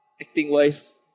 acting-wise